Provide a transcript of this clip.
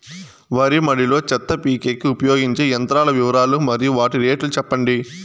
వరి మడి లో చెత్త పీకేకి ఉపయోగించే యంత్రాల వివరాలు మరియు వాటి రేట్లు చెప్పండి?